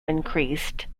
increased